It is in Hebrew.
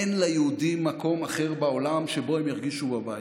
אין ליהודים מקום אחר בעולם שבו הם ירגישו בבית.